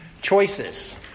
Choices